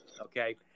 Okay